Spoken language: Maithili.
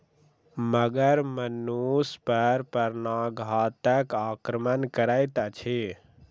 मगर मनुष पर प्राणघातक आक्रमण करैत अछि